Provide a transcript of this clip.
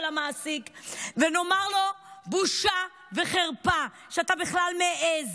המעסיק ונאמר לו: בושה וחרפה שאתה בכלל מעז